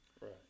Right